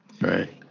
Right